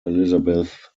elizabeth